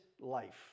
life